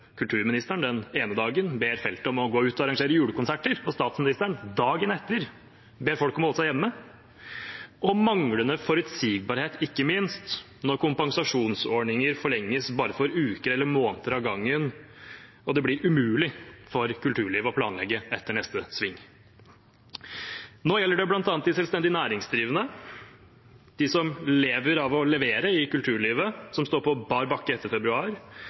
kulturministeren den ene dagen ber feltet om å arrangere julekonserter, og statsministeren dagen etter ber folk om å holde seg hjemme, og manglende forutsigbarhet, ikke minst, når kompensasjonsordninger forlenges bare for uker eller måneder av gangen og det blir umulig for kulturlivet å planlegge etter neste sving. Nå gjelder det bl.a. de selvstendig næringsdrivende, de som lever av å levere i kulturlivet, som står på bar bakke etter februar,